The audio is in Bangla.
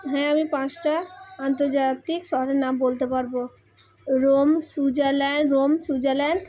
হ্যাঁ আমি পাঁচটা আন্তর্জাতিক শহরের নাম বলতে পারবো রোম সুইজারল্যান্ড রোম সুইজারল্যান্ড